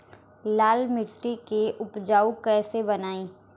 लाल मिट्टी के उपजाऊ कैसे बनाई?